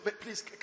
Please